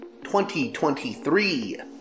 2023